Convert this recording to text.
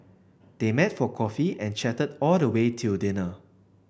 they met for coffee and chatted all the way till dinner